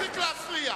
נא להצביע.